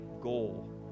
goal